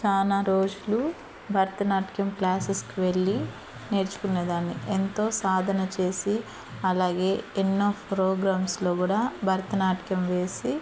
చాలా రోజులు భరతనాట్యం క్లాసెస్కి వెళ్ళి నేర్చుకునేదాన్ని ఎంతో సాధన చేసి అలాగే ఎన్నో ప్రోగ్రామ్స్లో గూడా భరతనాట్యం వేసి